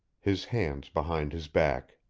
his hands behind his back.